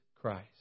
Christ